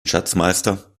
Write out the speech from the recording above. schatzmeister